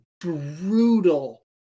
brutal